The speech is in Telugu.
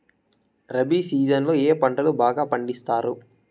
రబి సీజన్ లో ఏ పంటలు బాగా పండిస్తారు